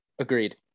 Agreed